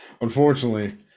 unfortunately